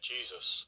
Jesus